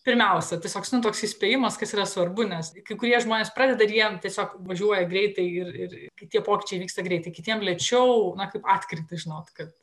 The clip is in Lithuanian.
pirmiausia tai toks nu toks įspėjimas kas yra svarbu nes kai kurie žmonės pradeda ir jiem tiesiog važiuoja greitai ir ir kai tie pokyčiai vyksta greitai kitiems lėčiau na kaip atkrytis žinot kad